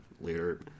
Later